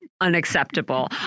unacceptable